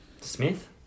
Smith